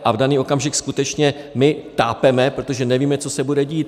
A v daný okamžik skutečně my tápeme, protože nevíme, co se bude dít.